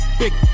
big